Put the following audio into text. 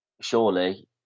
surely